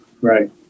Right